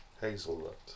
Hazelnut